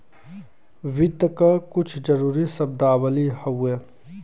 वित्त क कुछ जरूरी शब्दावली हउवे